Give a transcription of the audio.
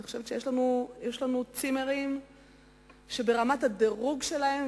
אני חושבת שיש לנו צימרים שברמת הדירוג שלהם,